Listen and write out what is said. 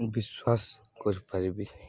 ବିଶ୍ୱାସ କରିପାରିବିନି